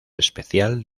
especial